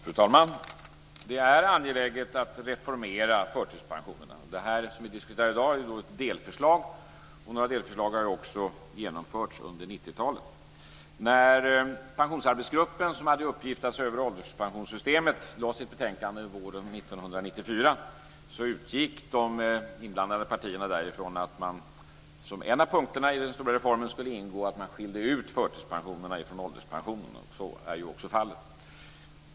Fru talman! Det är angeläget att reformera förtidspensionerna. Det vi diskuterar i dag är ett delförslag, och några delförslag har också genomförts under När Pensionsarbetsgruppen, som hade i uppgift att se över ålderspensionssystemet, lade fram sitt betänkande våren 1994 utgick de inblandade partierna ifrån att som en av punkterna i den stora reformen skulle ingå att man skiljde förtidspensionerna från ålderspensionerna, och så är också fallet.